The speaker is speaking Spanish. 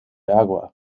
agua